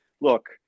look